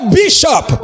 bishop